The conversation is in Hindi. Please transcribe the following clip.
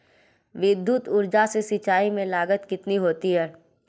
विद्युत ऊर्जा से सिंचाई में लागत कितनी होती है?